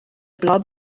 blob